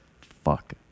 Fuck